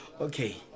Okay